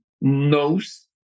knows